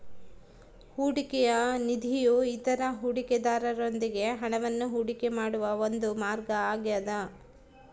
ಹೂಡಿಕೆಯ ನಿಧಿಯು ಇತರ ಹೂಡಿಕೆದಾರರೊಂದಿಗೆ ಹಣವನ್ನು ಹೂಡಿಕೆ ಮಾಡುವ ಒಂದು ಮಾರ್ಗ ಆಗ್ಯದ